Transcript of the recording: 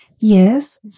yes